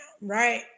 right